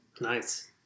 nice